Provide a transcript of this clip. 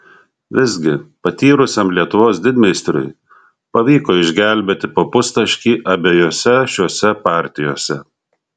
visgi patyrusiam lietuvos didmeistriui pavyko išgelbėti po pustaškį abiejose šiose partijose